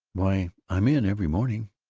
why, i'm in every morning.